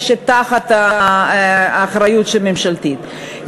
שהם תחת האחריות הממשלתית,